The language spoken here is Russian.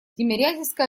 тимирязевская